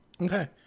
Okay